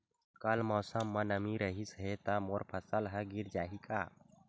कल मौसम म नमी रहिस हे त मोर फसल ह गिर जाही का?